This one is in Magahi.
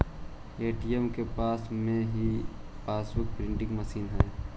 ए.टी.एम के पास में ही पासबुक प्रिंटिंग मशीन हई